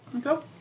go